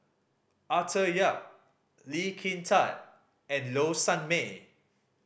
Arthur Yap Lee Kin Tat and Low Sanmay